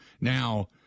Now